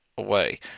away